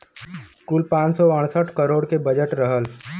कुल पाँच सौ अड़सठ करोड़ के बजट रहल